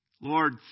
Lord